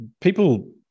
people